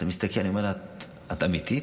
אני מסתכל ואני אומר לה: את אמיתית?